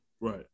Right